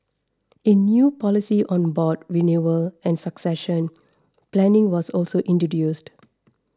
a new policy on board renewal and succession planning was also introduced